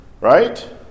Right